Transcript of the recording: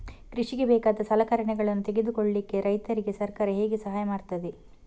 ಕೃಷಿಗೆ ಬೇಕಾದ ಸಲಕರಣೆಗಳನ್ನು ತೆಗೆದುಕೊಳ್ಳಿಕೆ ರೈತರಿಗೆ ಸರ್ಕಾರ ಹೇಗೆ ಸಹಾಯ ಮಾಡ್ತದೆ?